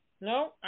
No